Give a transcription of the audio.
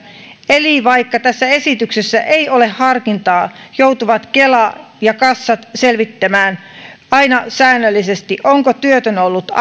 eli vaikka tässä esityksessä ei ole harkintaa joutuvat kela ja kassat selvittämään aina säännöllisesti onko työtön ollut